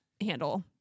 handle